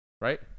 Right